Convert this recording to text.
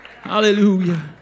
hallelujah